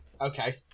Okay